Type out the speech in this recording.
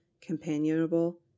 companionable